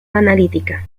analítica